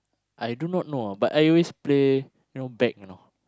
I do not know ah but I always play you know bag you know